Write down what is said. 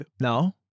No